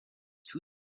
two